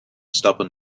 stubborn